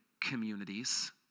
communities